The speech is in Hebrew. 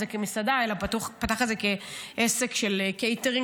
זה כמסעדה אלא פתח את זה כעסק של קייטרינג.